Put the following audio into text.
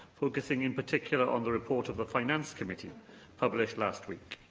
focusing in particular on the report of the finance committee published last week.